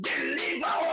deliver